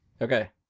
Okay